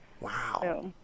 wow